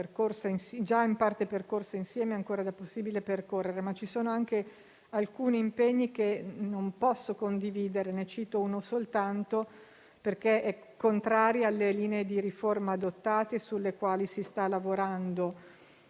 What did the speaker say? già in parte percorsa insieme e che è ancora possibile percorrere, ma ci sono anche alcuni impegni che non posso condividere. Ne cito uno soltanto che è contrario alle linee di riforma adottate e sulle quali si sta lavorando: